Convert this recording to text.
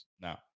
Now